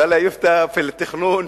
ולא יופתא פי אל-תכנון,